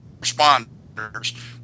responders